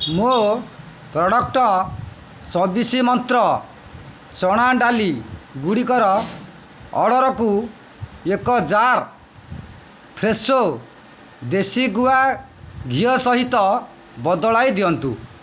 ମୋ ପ୍ରଡ଼କ୍ଟ୍ ଚବିଶ ମନ୍ତ୍ର ଚଣା ଡାଲି ଗୁଡ଼ିକର ଅର୍ଡ଼ର୍କୁ ଏକ ଜାର୍ ଫ୍ରେଶୋ ଦେଶୀ ଗୁଆ ଘିଅ ସହିତ ବଦଳାଇ ଦିଅନ୍ତୁ